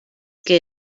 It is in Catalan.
que